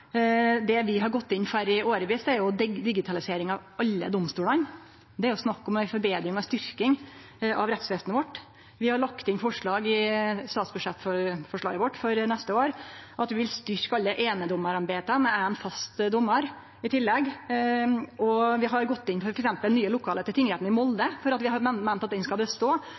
Det vi har gått inn for i årevis, er jo digitalisering av alle domstolane. Det er snakk om ei forbetring og ei styrking av rettsvesenet vårt. Vi har i forslaget vårt til statsbudsjett for neste år lagt inn forslag om at vi vil styrkje alle einedomarembeta med ein fast domar i tillegg. Vi har òg gått inn for f.eks. nye lokale til tingretten i Molde, for vi har meint at han skal bestå,